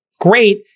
Great